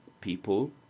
people